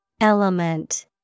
Element